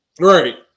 right